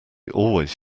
always